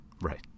Right